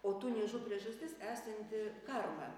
o tu niežų priežastis esanti karma